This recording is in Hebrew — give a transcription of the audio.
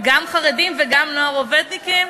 גם חרדים וגם נוער-עובדניקים.